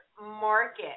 market